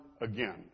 again